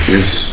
Yes